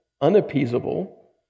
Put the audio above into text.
unappeasable